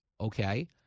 Okay